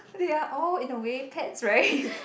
they are all in the way pets [right]